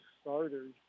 starters